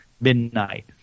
midnight